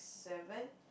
seven